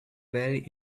very